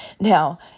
Now